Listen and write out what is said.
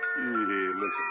listen